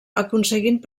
aconseguint